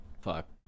Fuck